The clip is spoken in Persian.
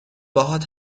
باهات